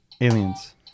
Aliens